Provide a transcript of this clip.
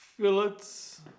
fillets